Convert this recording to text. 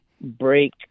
break